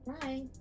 Bye